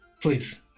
Please